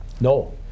No